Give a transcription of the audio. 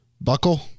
buckle